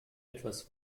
etwas